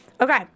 Okay